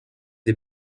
des